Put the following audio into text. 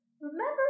remember